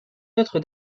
notre